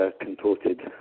contorted